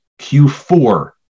Q4